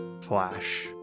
flash